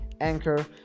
Anchor